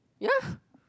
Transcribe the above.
ya